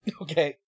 Okay